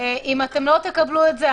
אם אתם לא תקבלו את זה,